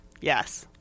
Yes